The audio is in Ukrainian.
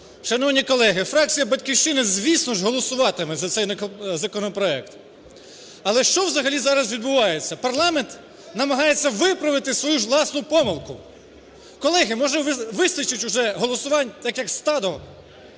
Шановні колеги! Фракція "Батьківщина", звісно, голосуватиме за цей законопроект. Але що взагалі зараз відбувається? Парламент намагається виправити свою ж власну помилку. Колеги, може вистачить вже голосувань так, як стадо,